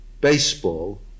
baseball